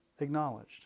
acknowledged